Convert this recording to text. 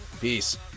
Peace